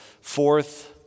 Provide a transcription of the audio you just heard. fourth